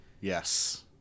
Yes